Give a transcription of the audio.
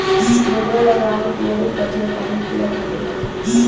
गोदवा लगवाल पियरकि पठिया कवने कीड़ा खातिर लगाई?